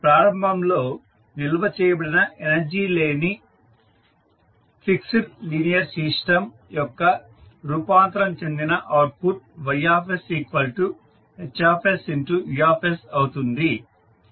ప్రారంభంలో నిల్వ చేయబడిన ఎనర్జీ లేని ఫిక్స్డ్ లీనియర్ సిస్టం యొక్క రూపాంతరం చెందిన అవుట్పుట్ YsHsU అవుతుంది